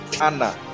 Anna